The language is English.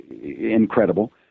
incredible